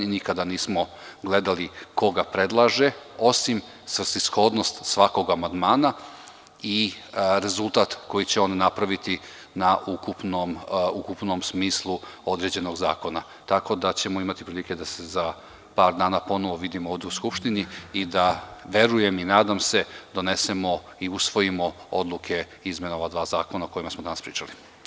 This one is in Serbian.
Nikada nismo gledali ko predlaže, osim svrsishodnosti svakog amandmana i rezultat koji će on napraviti na ukupnom smislu određenog zakona, tako da ćemo imati prilike da se za par dana ponovo vidimo ovde u Skupštini i da donesemo i usvojimo odluke o izmenama ova dva zakona o kojima smo danas pričali.